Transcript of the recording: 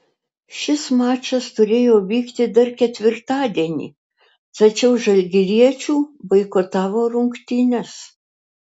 šis mačas turėjo vykti dar ketvirtadienį tačiau žalgiriečių boikotavo rungtynes